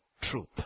truth